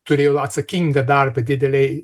turėjo atsakingą darbą didelėj